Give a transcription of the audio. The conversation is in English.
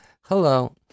hello